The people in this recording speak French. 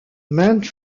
maintes